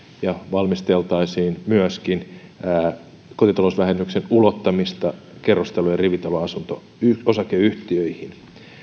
ja että valmisteltaisiin kotitalousvähennyksen ulottamista myöskin kerrostalo ja rivitaloasunto osakeyhtiöihin